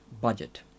budget